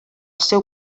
seu